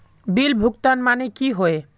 Bill भुगतान माने की होय?